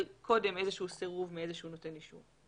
קודם איזשהו סירוב מאיזשהו נותן אישור.